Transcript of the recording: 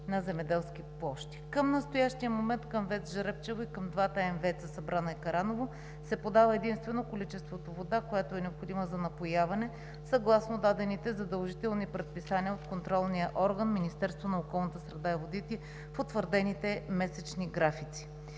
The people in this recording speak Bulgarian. Към настоящия момент към ВЕЦ „Жребчево“ и към двата МВЕЦ-а – „Събрано“ и „Караново“, се подава единствено количеството вода, която е необходима за напояване, съгласно дадените задължителни предписания от контролния орган Министерството на околната среда и водите в утвърдените месечни графици.